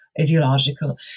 Ideological